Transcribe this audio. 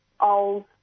old